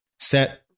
set